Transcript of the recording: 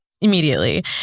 immediately